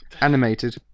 Animated